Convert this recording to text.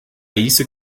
isso